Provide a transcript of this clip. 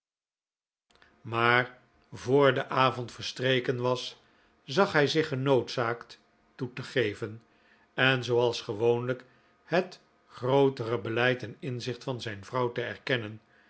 maar voor de avond verstreken was zag hij zich genoodzaakt toe te geven en zooals gewoonlijk het grootere beleid en inzicht van zijn vrouw te erkennen